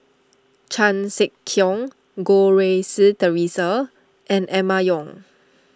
Chan Sek Keong Goh Rui Si theresa and Emma Yong